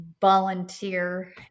volunteer